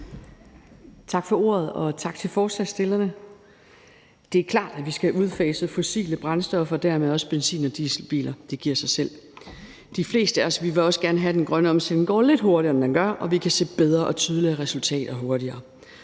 Tak for ordet. Og tak til forslagsstillerne. Det er klart, at vi skal udfase fossile brændstoffer og dermed også benzin- og dieselbiler – det giver sig selv. De fleste af os vil også gerne have, at den grønne omstilling går lidt hurtigere, end den gør, og at vi kan se bedre og tydeligere resultater hurtigere.